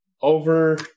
over